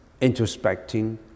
introspecting